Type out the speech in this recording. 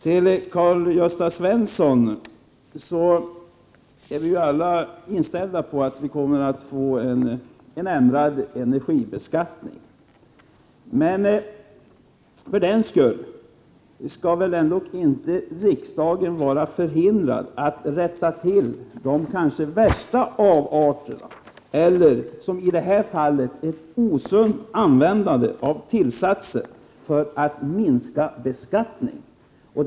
Till Karl-Gösta Svenson: Vi är ju alla inställda på att vi kommer att få en ändrad energibeskattning. Men för den skull skall väl inte riksdagen vara förhindrad att rätta till de kanske värsta avarterna eller, som i detta fall, ett osunt användande av tillsatser i syfte att minska beskattningen.